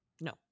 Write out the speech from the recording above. No